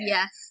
Yes